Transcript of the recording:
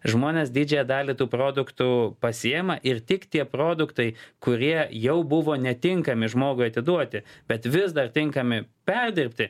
žmones didžiąją dalį tų produktų pasiima ir tik tie produktai kurie jau buvo netinkami žmogui atiduoti bet vis dar tinkami perdirbti